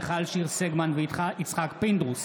מיכל שיר סגמן ויצחק פינדרוס